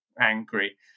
angry